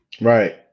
Right